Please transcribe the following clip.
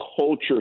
culture